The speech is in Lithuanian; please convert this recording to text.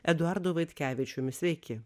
eduardu vaitkevičiumi sveiki